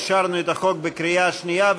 אישרנו את החוק בקריאה שנייה,